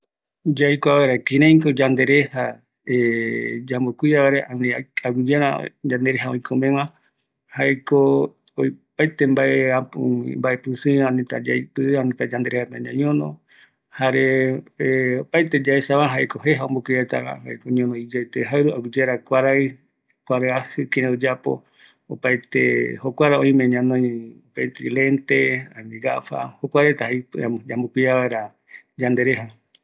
Yandereja yaɨu vaera, ngara kuaraɨajɨ rupi yaguata, aguiyeara maratu mbate, yayuvaeta, eri naguiyara kurai, yanderejaka oime yaiporu nvaera tejaɨru juu va, jare tejaɨru omborɨ vaera yandereja lente, mbaetï yayuvanga vaera jee